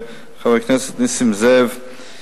חבר הכנסת נסים זאב,